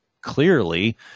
clearly